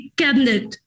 cabinet